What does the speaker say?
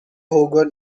hogan